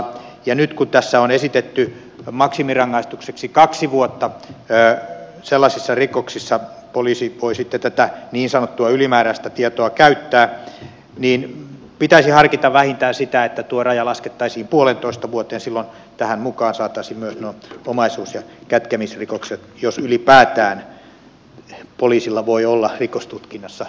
ja nyt kun tässä on esitetty maksimirangaistukseksi kahta vuotta sellaisissa rikoksissa poliisi voi sitten tätä niin sanottua ylimääräistä tietoa käyttää niin pitäisi harkita vähintään sitä että tuo raja laskettaisiin puoleentoista vuoteen silloin tähän mukaan saataisiin myös nuo omaisuus ja kätkemisrikokset jos ylipäätään poliisilla voi olla rikostutkinnassa ylimääräistä tietoa